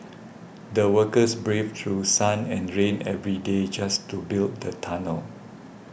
the workers braved through sun and rain every day just to build the tunnel